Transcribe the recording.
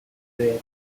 yellow